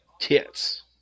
Tits